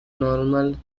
normal